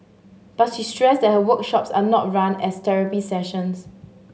but she stressed that her workshops are not run as therapy sessions